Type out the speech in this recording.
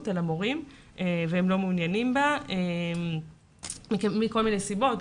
על המורים והם לא מעוניינים בה מכל מיני סיבות,